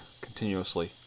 continuously